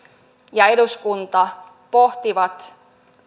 ja eduskunta pohtivat